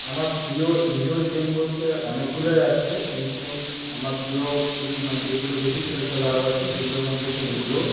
আমার প্রিয় indoor game বলতে অনেকগুলোই আছে কিন্তু আমার প্রিয় খুবই মানে যেগুলো বেশি খেলতে ভালোবাসি সেগুলোর মধ্যে হচ্ছে লুডো